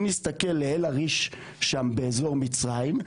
אם נסתכל לאל עריש שם באזור מצרים,